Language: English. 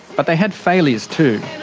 but they had failures too.